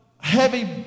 heavy